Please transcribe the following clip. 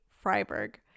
Freiburg